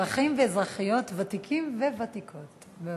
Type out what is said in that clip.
אזרחים ואזרחיות, ותיקים וותיקות.